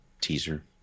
teaser